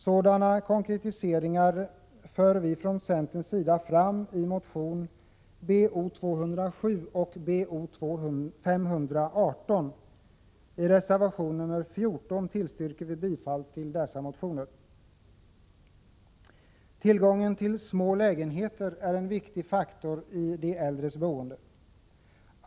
Sådana konkretiseringar för vi från centern fram i motionerna Bo207 och BoS518. I reservation nr 14 tillstyrker vi bifall till dessa motioner. Tillgången till små lägenheter är en viktig faktor i de äldres boende.